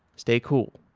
stay cool.